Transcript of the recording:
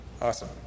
Awesome